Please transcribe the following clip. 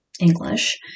English